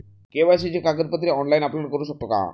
KYC ची कागदपत्रे online upload करू शकतो का?